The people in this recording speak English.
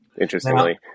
interestingly